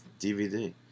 DVD